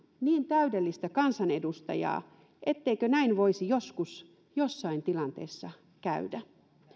niin täydellistä kansanedustajaa etteikö näin voisi joskus jossain tilanteessa käydä